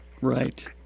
Right